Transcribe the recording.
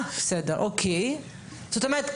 זאת אומרת,